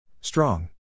Strong